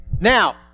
Now